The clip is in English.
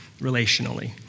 relationally